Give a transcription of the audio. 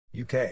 UK